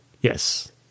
Yes